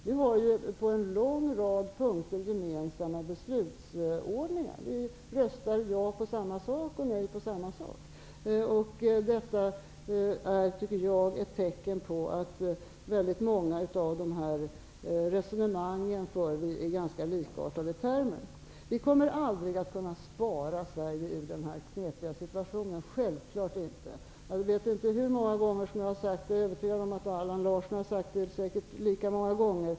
Vi har på en lång rad punkter gemensamma ståndpunkter. Vi har röstat ja och nej på samma saker. Det tycker jag är ett tecken på att väldigt många av resonemangen för vi i ganska likartade termer. Det är självklart att vi aldrig kommer att kunna spara Sverige ur denna knepiga situation. Jag vet inte hur många gånger jag har sagt detta, och jag är övertygad om att Allan Larsson har sagt det lika många gånger.